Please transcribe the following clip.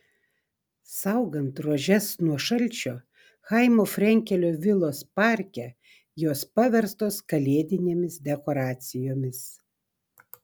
saugant rožes nuo šalčio chaimo frenkelio vilos parke jos paverstos kalėdinėmis dekoracijomis